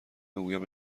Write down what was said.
بگویم